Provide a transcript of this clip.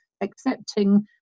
accepting